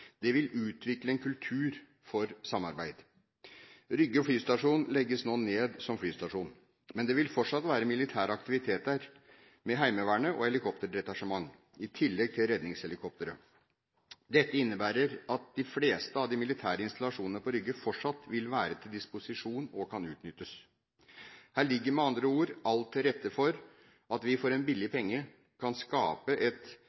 Det vil utvikle en kultur for samarbeid. Rygge flystasjon legges nå ned som flystasjon. Men det vil fortsatt være militær aktivitet der, med Heimevernet og helikopterdetasjement, i tillegg til redningshelikopteret. Dette innebærer at de fleste av de militære installasjonene på Rygge fortsatt vil være til disposisjon og kan utnyttes. Her ligger med andre ord alt til rette for at vi for en billig penge kan skape et